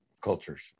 cultures